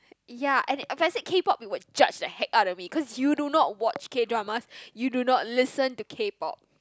ya and a k-pop you would judge the heck out if it because you do not watch K-dramas you do not listen to k-pop